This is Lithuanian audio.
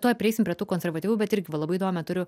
tuoj prieisim prie tų konservatyvių bet irgi va labai įdomią turiu